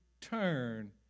turn